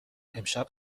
امشب